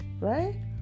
right